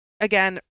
again